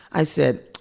i said,